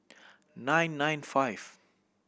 nine nine five